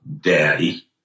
daddy